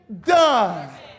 done